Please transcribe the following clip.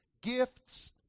gifts